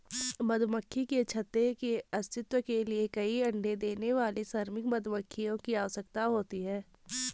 मधुमक्खी के छत्ते के अस्तित्व के लिए कई अण्डे देने वाली श्रमिक मधुमक्खियों की आवश्यकता होती है